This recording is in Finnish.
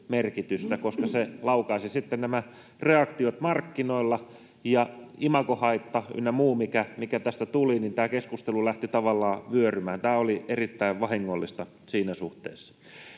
koska se laukaisi sitten nämä reaktiot markkinoilla, ja kun tästä tuli imagohaitta ynnä muu, niin tämä keskustelu lähti tavallaan vyörymään. Tämä oli erittäin vahingollista siinä suhteessa.